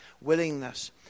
willingness